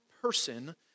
person